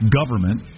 government